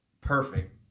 Perfect